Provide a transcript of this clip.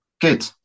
Good